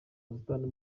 ubusitani